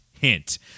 hint